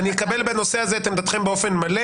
אני אקבל בנושא הזה את עמדתכם באופן מלא.